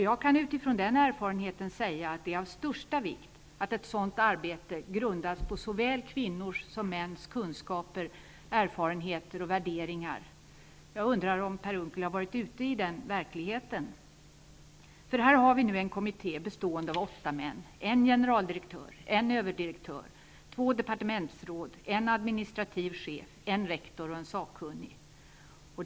Jag kan med utgångspunkt i den erfarenheten säga, att det är av största vikt att ett sådant arbete grundas på såväl kvinnors som mäns kunskaper, erfarenheter och värderingar. Jag undrar om Per Unckel har varit ute i den verkligheten. Här finns nu en kommitté som består av åtta män. Det är en generaldirektör, en överdirektör, två departementsråd, en administrativ chef, en rektor och sakkunniga.